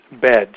beds